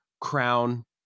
crown